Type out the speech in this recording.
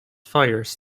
fires